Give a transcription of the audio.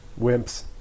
Wimps